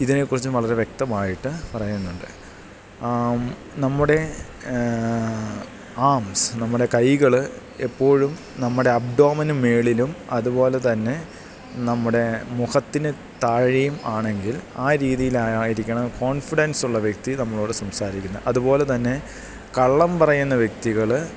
ഇതിനെക്കുറിച്ചും വളരെ വ്യക്തമായിട്ട് പറയുന്നുണ്ട് നമ്മുടെ ആംസ് നമ്മുടെ കൈകള് എപ്പോഴും നമ്മുടെ അപ്ഡോമനു മുകളിലും അതുപോലെ തന്നെ നമ്മുടെ മുഖത്തിനു താഴെയും ആണെങ്കിൽ ആ രീതിയിലായിരിക്കണം കോൺഫിഡൻസുള്ള വ്യക്തി നമ്മളോടു സംസാരിക്കുന്നത് അതുപോലെ തന്നെ കള്ളം പറയുന്ന വ്യക്തികള്